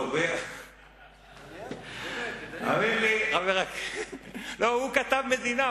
לא, הוא כתב "מדינה".